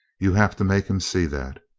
you have to make him see that.